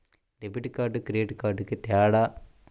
Debit కార్డుకి credit కార్డుకి తేడా?